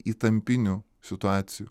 įtampinių situacijų